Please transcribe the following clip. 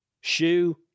shoe